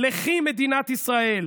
לכי מדינת ישראל,